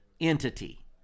entity